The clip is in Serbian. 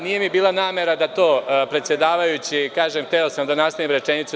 Nije mi bila namera da to, predsedavajući, kažem, hteo sam da nastavim rečenicu.